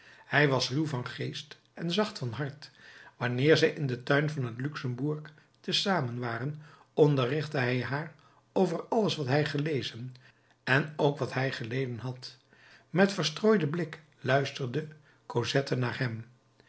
hij was ruw van geest en zacht van hart wanneer zij in den tuin van het luxembourg te zamen waren onderrichtte hij haar over alles wat hij gelezen en ook wat hij geleden had met verstrooiden blik luisterde cosette naar hem